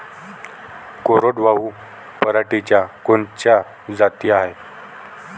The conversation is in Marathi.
कोरडवाहू पराटीच्या कोनच्या जाती हाये?